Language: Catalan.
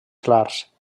clars